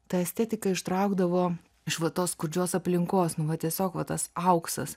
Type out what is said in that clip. tą estetiką ištraukdavo iš va tos skurdžios aplinkos nu va tiesiog va tas auksas